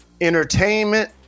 entertainment